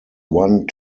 one